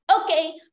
okay